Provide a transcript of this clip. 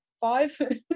five